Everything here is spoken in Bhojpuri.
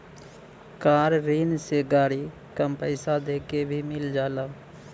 कार ऋण से गाड़ी कम पइसा देके भी मिल जाला